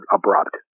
abrupt